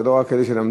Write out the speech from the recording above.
זה לא רק אלה שלמדו.